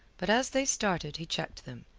but as they started he checked them.